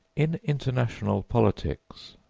in international politics,